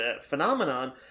phenomenon